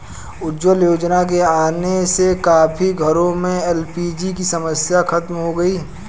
उज्ज्वला योजना के आने से काफी घरों में एल.पी.जी की समस्या खत्म हो गई